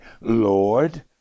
Lord